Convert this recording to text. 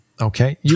Okay